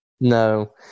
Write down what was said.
No